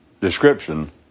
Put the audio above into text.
description